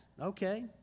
Okay